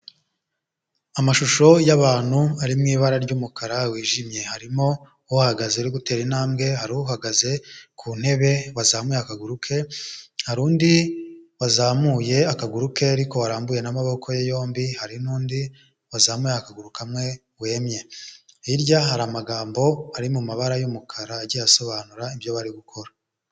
Amashusho y'abantu ari mu ibara ry'umukara wijimye, harimo uhagaze uri gutera intambwe, hari uhagaze ku ntebe, wazamuye akaguru ke, hari undi wazamuye akaguru ke, ariko wararambuye n'amaboko ye yombi, hari n'undi wazamuye akaguru kamwe wemye, hirya hari amagambo ari mu mabara y'umukara agiye asobanura ibyo bari gukora.